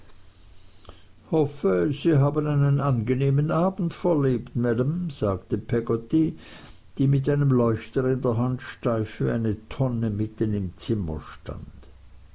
hoffe sie haben einen angenehmen abend verlebt ma'am sagte peggotty die mit einem leuchter in der hand steif wie eine tonne mitten im zimmer stand